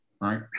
right